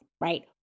right